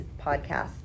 podcast